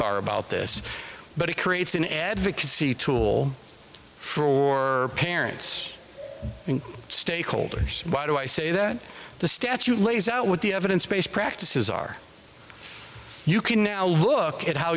bar about this but it creates an advocacy tool for parents stakeholders why do i say that the statute lays out what the evidence based practices are you can now look at how